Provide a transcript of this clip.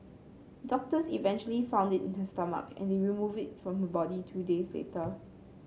doctors eventually found it in her stomach and removed it from her body two days later